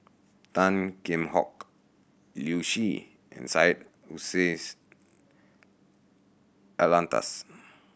Tan Kheam Hock Liu Si and Syed Hussein Alatas